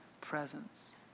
presence